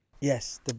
Yes